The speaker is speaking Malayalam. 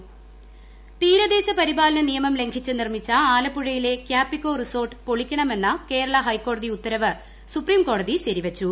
ക്യാപ്പികോ തീരദേശ പരിപാലന നിയമം ലംഘിച്ച് നിർമ്മിച്ച ആലപ്പുഴയിലെ ക്യാപ്പികോ റിസോർട്ട് പൊളിക്കണമെന്ന കേരള ഹൈക്കോടതി ് ഉത്തരവ് സുപ്രീംകോടതി ശരിവച്ചു